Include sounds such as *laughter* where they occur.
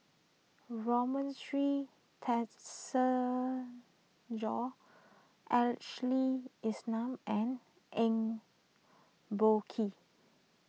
*unintelligible* Ashley Isham and Eng Boh Kee